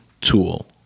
tool